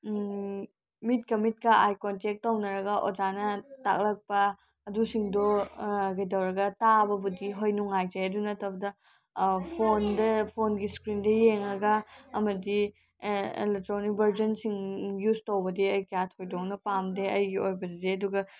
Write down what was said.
ꯃꯤꯠꯀ ꯃꯤꯠꯀ eye contact ꯇꯧꯅꯔꯒ ꯑꯣꯖꯥꯅ ꯇꯥꯛꯂꯛꯄ ꯑꯗꯨꯁꯤꯡꯗꯣ ꯀꯩꯗꯧꯔꯒ ꯇꯥꯕꯕꯨꯗꯤ ꯍꯣꯏ ꯅꯨꯡꯉꯥꯏꯖꯩ ꯑꯗꯨ ꯅꯠꯇꯕꯗ ꯐꯣꯟꯒꯤ ꯏꯁꯀ꯭ꯔꯤꯟꯗ ꯌꯦꯡꯉꯒ ꯑꯃꯗꯤ ꯑꯦꯂꯦꯛꯇ꯭ꯔꯤꯅꯤꯛ ꯕꯔꯖꯟꯁꯤꯡ ꯌꯨꯖ ꯇꯧꯕꯗꯤ ꯑꯩ ꯀꯌꯥ ꯊꯣꯏꯗꯣꯛꯅ ꯄꯥꯝꯗꯦ ꯑꯩꯒꯤ ꯑꯣꯏꯕꯗꯗꯤ ꯑꯗꯨꯒ